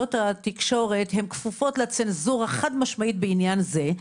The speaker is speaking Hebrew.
שרשתות התקשורת כפופות לצנזורה חד משמעית בעניין זה,